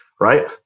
Right